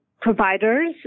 providers